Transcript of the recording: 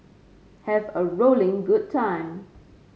have a rolling good time